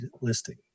listing